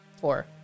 Four